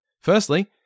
Firstly